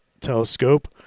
telescope